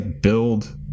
build